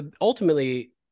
ultimately